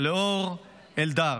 לאור אלדר,